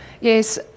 yes